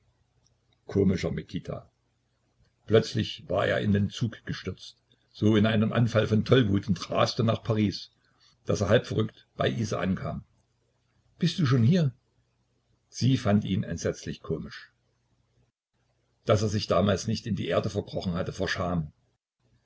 komischer mikita plötzlich war er in den zug gestürzt so in einem anfall von tollwut und raste nach paris daß er halbverrückt bei isa ankam bist du schon hier sie fand ihn entsetzlich komisch daß er sich damals nicht in die erde verkrochen hatte vor scham